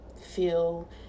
feel